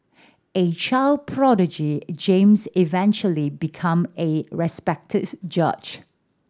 a child prodigy James eventually become a respected judge